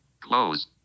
Close